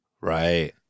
right